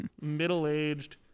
Middle-aged